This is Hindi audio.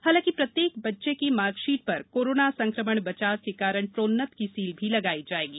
हालांकि प्रत्येक बच्चे की मार्क शीट पर कोरोना संक्रमण बचाव के कारण प्रोन्नत की सील भी लगाई जाएगी